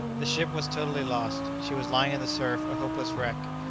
the ship was totally lost. she was lying in the surf a hopeless wreck,